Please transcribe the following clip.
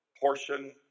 portion